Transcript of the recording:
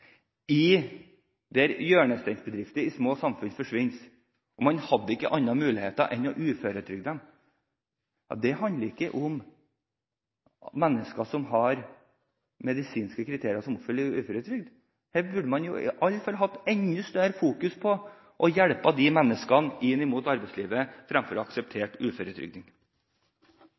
handler ikke om mennesker som oppfyller medisinske kriterier for uføretrygd. Her burde man i alle fall hatt enda større fokus på å hjelpe disse menneskene inn mot arbeidslivet fremfor å akseptere uføretrygding.